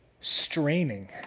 straining